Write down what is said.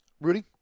Rudy